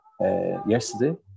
yesterday